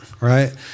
right